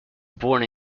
born